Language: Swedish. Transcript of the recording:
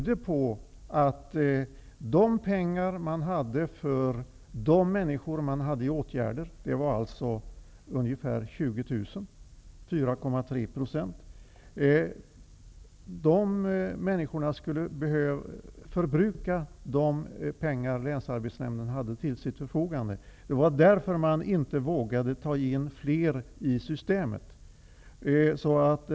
De människor som man hade i åtgärder, dvs. ungefär 20 000 eller 4,3 %, skulle förbrukat de pengar Länsarbetsnämnden hade till sitt förfogande. Det var därför man inte vågade ta in fler i systemet.